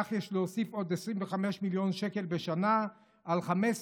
לכך יש להוסיף עוד 25 מיליון שקל בשנה על 15